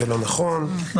זה לא נכון.